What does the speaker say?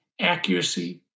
accuracy